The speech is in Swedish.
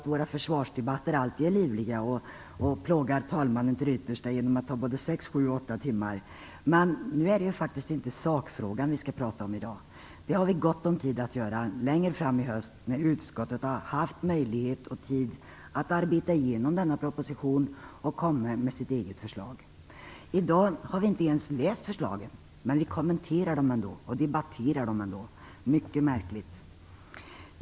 Våra försvarsdebatter är nog alltid livliga när vi plågar talmannen till det yttersta genom att ta sex, sju och åtta timmar i anspråk. I dag skall vi faktiskt inte diskutera sakfrågan. Det har vi gott om tid att göra längre fram i höst när utskottet haft tid och möjlighet att arbeta igenom denna proposition och kommit med ett eget förslag. I dag har vi inte ens tagit del av förslagen, men vi kommenterar och debatterar dem ändå - mycket märkligt.